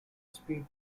speed